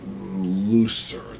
looser